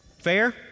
Fair